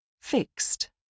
Fixed